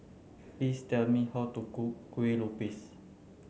please tell me how to cook Kuih Lopes